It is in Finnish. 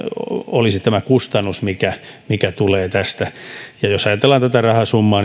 olisi tämä kustannus mikä mikä tulee tästä ja jos ajatellaan tätä rahasummaa